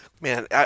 Man